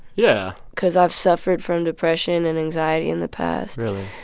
yeah. cause i've suffered from depression and anxiety in the past really?